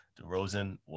DeRozan